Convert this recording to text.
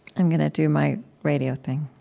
i'm going to do my radio thing.